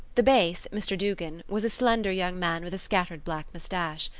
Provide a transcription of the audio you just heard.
the bass, mr. duggan, was a slender young man with a scattered black moustache.